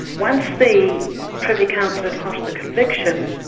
once the privy council had quashed the conviction,